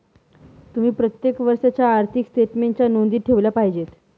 तुम्ही प्रत्येक वर्षाच्या आर्थिक स्टेटमेन्टच्या नोंदी ठेवल्या पाहिजेत